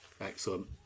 Excellent